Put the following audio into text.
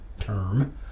term